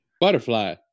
Butterfly